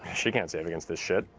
she can't save against his shit.